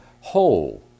whole